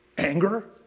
Anger